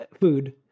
food